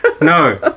No